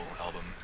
album